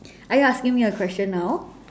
are you asking me a question now